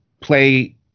play